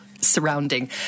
surrounding